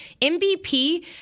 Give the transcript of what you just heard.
MVP